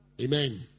Amen